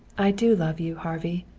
i do love you, harvey,